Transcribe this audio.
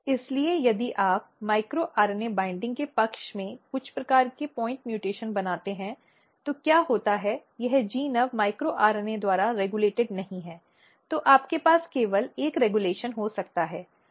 इसलिए यदि आप माइक्रो आरएनए बाइंडिंग के पक्ष में कुछ प्रकार के प्वाइंट म्यूटेशन बनाते हैं तो क्या होता है यह जीन अब माइक्रो आरएनए द्वारा रेगुलेटेड नहीं है तो आपके पास केवल एक रेगुलेशन हो सकता है